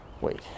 Wait